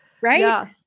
Right